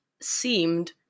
seemed